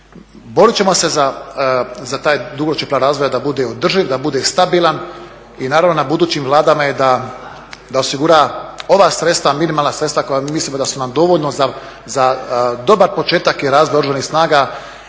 Borit ćemo se za taj dugoročni plan razvoja da bude održiv, da bude stabilan i naravno na budućim Vladama je da osigura ova sredstva, minimalna sredstva koja mislimo da su nam dovoljno za dobar početak i razvoj Oružanih snaga,